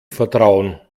vertrauen